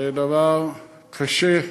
דבר קשה,